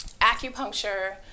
Acupuncture